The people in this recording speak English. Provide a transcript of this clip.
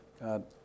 God